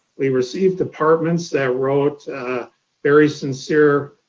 we received departments that wrote very sincere,